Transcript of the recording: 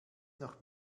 noch